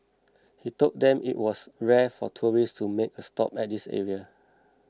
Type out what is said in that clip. he told them it was rare for tourists to make a stop at this area